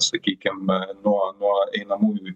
sakykim a nuo nuo einamųjų